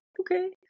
okay